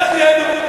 איך תהיה הידברות?